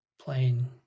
plain